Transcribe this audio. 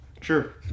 Sure